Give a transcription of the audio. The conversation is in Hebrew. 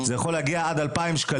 זה יכול להגיע עד אלפיים ש"ח,